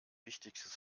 wichtigstes